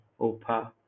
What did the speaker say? Opa